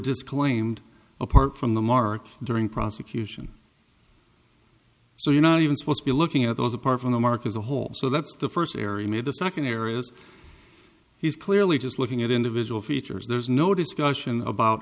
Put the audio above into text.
disclaimed apart from the mark during prosecution so you're not even supposed to be looking at those apart from the mark as a whole so that's the first area made the second areas he's clearly just looking at individual features there's no discussion about